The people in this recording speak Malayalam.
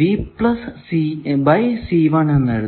രീതിയിൽ എഴുതുന്നത്